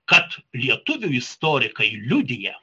kad lietuvių istorikai liudija